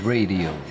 Radio